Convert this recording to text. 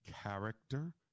character